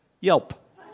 Yelp